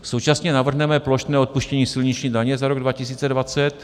Současně navrhneme plošné odpuštění silniční daně za rok 2020.